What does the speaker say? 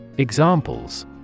Examples